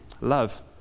love